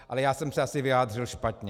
Ale já jsem se asi vyjádřil špatně.